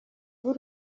b’u